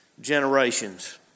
generations